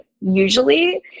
usually